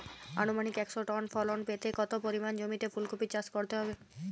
আনুমানিক একশো টন ফলন পেতে কত পরিমাণ জমিতে ফুলকপির চাষ করতে হবে?